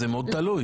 זה תלוי מאוד.